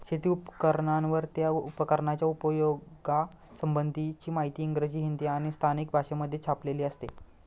शेती उपकरणांवर, त्या उपकरणाच्या उपयोगा संबंधीची माहिती इंग्रजी, हिंदी आणि स्थानिक भाषेमध्ये छापलेली असते